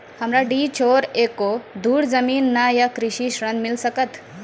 हमरा डीह छोर एको धुर जमीन न या कृषि ऋण मिल सकत?